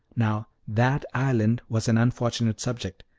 now that island was an unfortunate subject,